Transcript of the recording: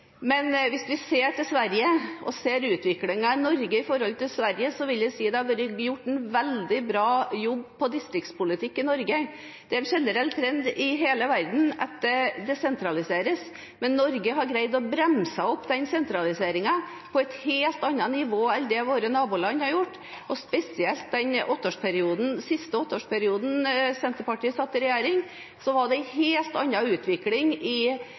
Men hvis vi ser til Sverige og ser utviklingen i Norge i forhold til i Sverige, vil jeg si at det har vært gjort en veldig bra jobb med distriktspolitikk i Norge. Det er en generell trend i hele verden at det sentraliseres, men Norge har greid å bremse opp den sentraliseringen på et helt annet nivå enn det våre naboland har gjort. Spesielt den siste åtteårsperioden Senterpartiet satt i regjering, var det en helt annen utvikling i